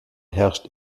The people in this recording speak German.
herrscht